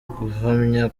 guhamya